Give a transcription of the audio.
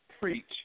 preach